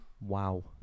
Wow